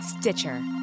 Stitcher